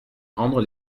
rendre